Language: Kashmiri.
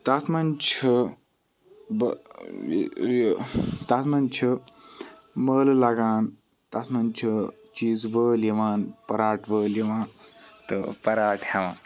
تَتھ مَنٛز چھُ بہٕ تَتھ مَنٛز چھُ مٲلہٕ لَگان تَتھ مَنٛز چھُ چیٖزٕ وٲلۍ یِوان پوٚراٹ وٲلۍ یِوان تہٕ پوٚراٹ ہیٚوان